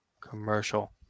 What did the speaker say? commercial